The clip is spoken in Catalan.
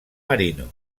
marino